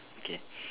okay